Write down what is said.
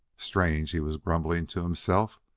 strange! he was grumbling to himself.